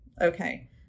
Okay